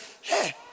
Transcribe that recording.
hey